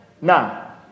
now